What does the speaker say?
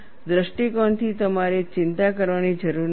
LEFMના દૃષ્ટિકોણથી તમારે ચિંતા કરવાની જરૂર નથી